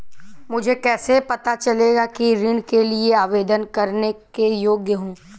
मुझे कैसे पता चलेगा कि मैं ऋण के लिए आवेदन करने के योग्य हूँ?